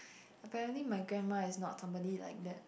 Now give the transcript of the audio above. apparently my grandma is not somebody like that